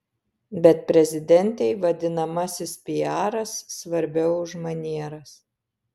bet prezidentei vadinamasis piaras svarbiau už manieras